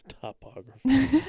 Topography